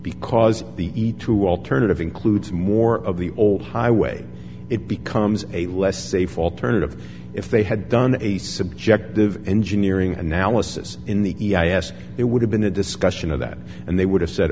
because the need to alternative includes more of the old highway it becomes a less safe alternative if they had done a subjective engineering analysis in the e i a s it would have been a discussion of that and they would have said